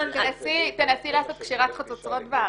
תנסי לעשות קשירת חצוצרות בארץ,